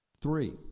Three